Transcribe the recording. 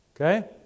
Okay